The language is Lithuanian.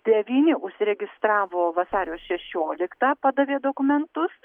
devyni užsiregistravo vasario šešioliktą padavė dokumentus